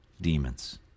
demons